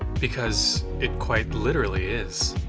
because it quite literally is.